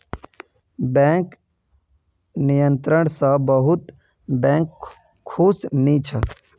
bank नियंत्रण स बहुत बैंक खुश नी छ